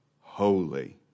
holy